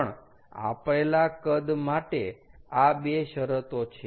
પણ આપેલા કદ માટે આ બે શરતો છે